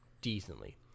decently